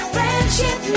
Friendship